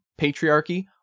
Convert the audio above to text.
patriarchy